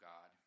God